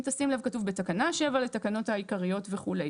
אם תשים לב, כתוב "בתקנה 7 לתקנות העיקריות" וכו'.